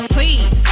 Please